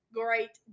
great